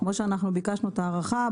כמו שאנחנו ביקשנו את הארכה,